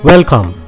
Welcome